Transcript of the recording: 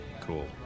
Cool